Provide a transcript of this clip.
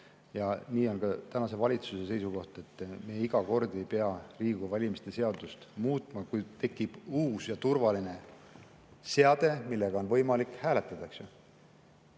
ja see on ka praeguse valitsuse seisukoht – me ei pea iga kord Riigikogu valimise seadust muutma, kui tekib uus ja turvaline seade, millega on võimalik hääletada.